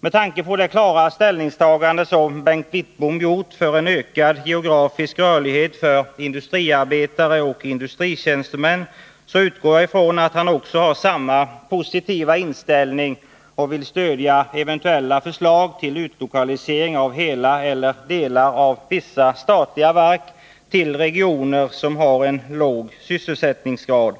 Med tanke på det klara ställningstagande Bengt Wittbom gjort för en ökad geografisk rörlighet för industriarbetare och industritjänstemän utgår jag ifrån att han också har samma positiva inställning till eventuella förslag om utlokalisering av hela eller delar av vissa statliga verk till regioner som har en låg sysselsättningsgrad.